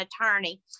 attorney